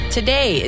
Today